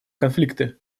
конфликты